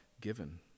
given